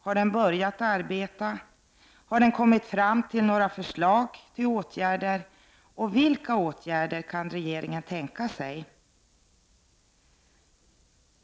Har den börjat arbeta? Har den kommit fram till några förslag till åtgärder? Vilka åtgärder kan regeringen tänka sig?